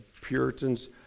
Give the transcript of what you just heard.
Puritans